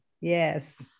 yes